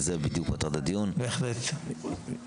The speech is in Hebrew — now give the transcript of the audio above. בהחלט.